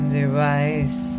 device